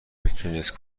میتونست